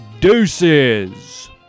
Deuces